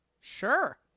Sure